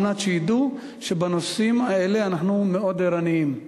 כדי שידעו שבנושאים האלה אנחנו מאוד ערניים.